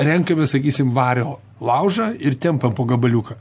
renkamės sakysim vario laužą ir tempiam po gabaliuką